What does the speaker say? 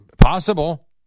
Possible